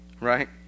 right